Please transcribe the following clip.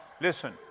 Listen